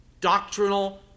doctrinal